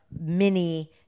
mini